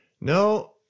No